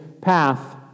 path